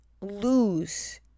lose